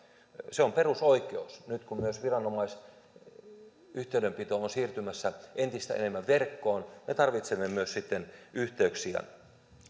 se on perusoikeus nyt kun myös viranomaisyhteydenpito on siirtymässä entistä enemmän verkkoon me tarvitsemme sitten myös yhteyksiä